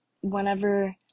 whenever